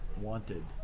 wanted